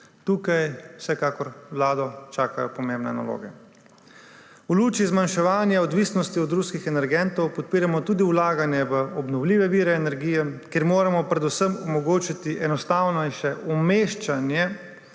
Tukaj vsekakor vlado čakajo pomembne naloge. V luči zmanjševanja odvisnosti od ruskih energentov podpiramo tudi vlaganje v obnovljive vire energije, kjer moramo predvsem omogočiti enostavnejše umeščanje